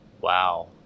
wow